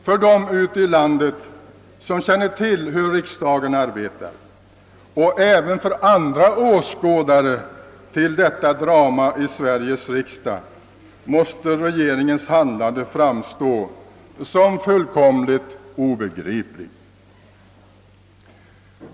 För dem ute i landet som känner till hur riksdagen arbetar och även för andra åskådare till detta drama i Sveriges riksdag måste regeringens handlande framstå som fullkomligt obegripligt.